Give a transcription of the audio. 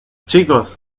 chicos